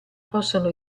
possono